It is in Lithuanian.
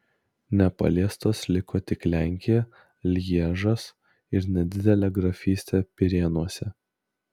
nepaliestos liko tik lenkija lježas ir nedidelė grafystė pirėnuose